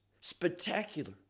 spectacular